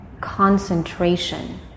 concentration